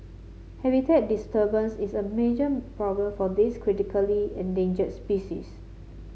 habitat disturbance is a major problem for this critically endangered species